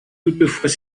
toutefois